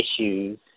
issues